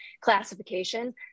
classification